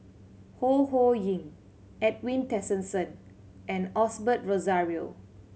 Ho Ho Ying Edwin Tessensohn and Osbert Rozario